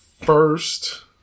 first